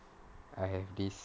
I have this